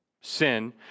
sin